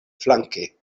flanke